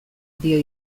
dio